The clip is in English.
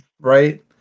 Right